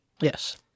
Yes